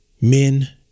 Men